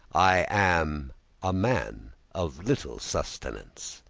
i am a man of little sustenance.